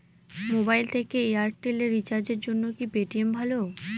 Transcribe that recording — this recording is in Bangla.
মোবাইল থেকে এয়ারটেল এ রিচার্জের জন্য কি পেটিএম ভালো?